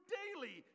daily